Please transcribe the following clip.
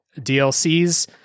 DLCs